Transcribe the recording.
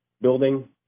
building